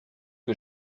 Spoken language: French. que